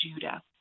Judah